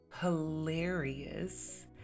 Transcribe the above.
hilarious